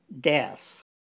death